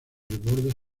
borde